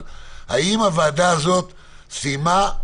האם הוועדה הזאת סיימה?